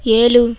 ஏழு